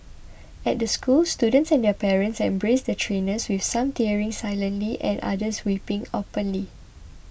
at the school students and their parents embraced the trainers with some tearing silently and others weeping openly